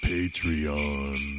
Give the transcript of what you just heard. Patreon